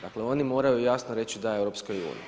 Dakle, oni moraju jasno reći da EU-u.